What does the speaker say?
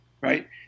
right